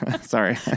Sorry